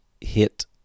hit